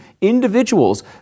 individuals